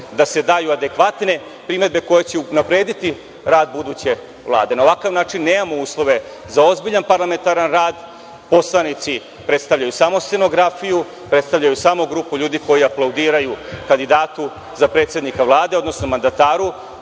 da se daju adekvatne primedbe koje će unaprediti rad buduće Vlade. Na ovakav način nemamo uslove za ozbiljan parlamentaran rad. Poslanici predstavljaju samo scenografiju, predstavljaju samo grupu ljudi koji aplaudiraju kandidatu za predsednika Vlade, odnosno mandataru,